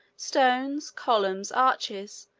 stones, columns, arches,